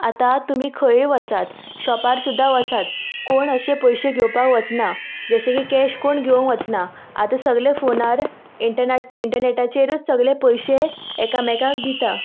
आतां तुमी खंयूय वचात शॉपार सुद्दां वसात कोण अशें पयशे घेवपाक वसना जशें की कॅश कोण घेवंक वचना आतां सगले फोनार इंटरनेट इंटरनेटाचेरूच सगले पयशे एकामेकाक दिता